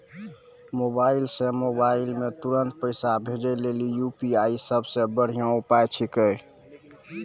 mobile से mobile मे तुरन्त पैसा भेजे लेली यू.पी.आई सबसे बढ़िया उपाय छिकै